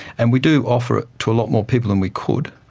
and we do offer it to a lot more people than we could.